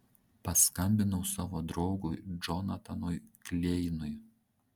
paskambinau savo draugui džonatanui kleinui